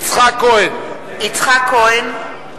(קוראת בשמות חברי הכנסת) יצחק כהן,